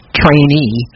trainee